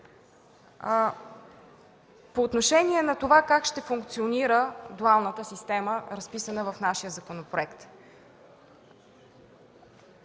По отношение на това, как ще функционира дуалната система разписана в нашия законопроект,